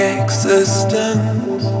existence